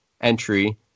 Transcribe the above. entry